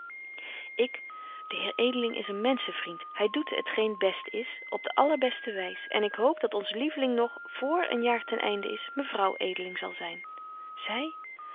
ik de heer edeling is een menschenvriend hy doet het geen best is op de allerbeste wys en ik hoop dat onze lieveling nog vr een jaar ten einde is mevrouw edeling zyn zal zy